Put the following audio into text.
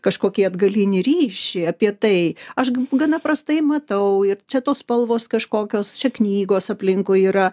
kažkokie atgalinį ryšį apie tai aš gana prastai matau ir čia tos spalvos kažkokios čia knygos aplinkui yra